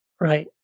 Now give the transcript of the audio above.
Right